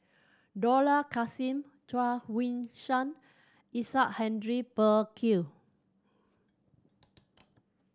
Dollah Kassim Chuang Hui Tsuan Isaac Henry Burkill